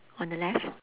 on the left